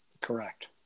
Correct